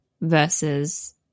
versus